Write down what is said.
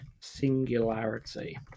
singularity